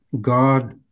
God